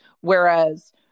whereas